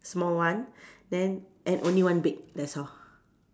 small one then and only one big that's all